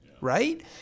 right